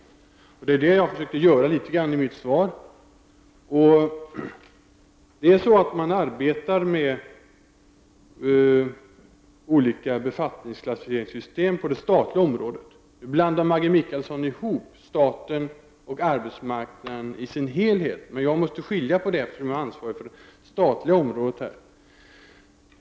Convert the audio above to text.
Det var det jag försökte göra i mitt svar. På det statliga området arbetar man med olika befattningsklassificeringssystem. Maggi Mikaelsson blandar ihop staten och arbetsmarknaden i dess helhet, men jag måste skilja på det, eftersom jag är ansvarig för det statliga området.